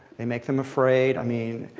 they make them afraid. i mean,